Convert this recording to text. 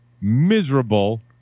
miserable